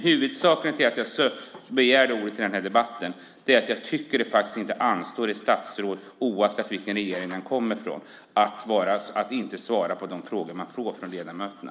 Huvudanledningen till att jag begärde ordet i debatten är att jag inte tycker att det anstår ett statsråd, oaktat vilken regering han kommer från, att inte svara på de frågor han får från ledamöterna.